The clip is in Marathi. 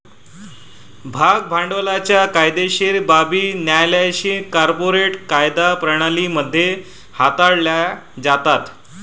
भाग भांडवलाच्या कायदेशीर बाबी न्यायालयीन कॉर्पोरेट कायदा प्रणाली मध्ये हाताळल्या जातात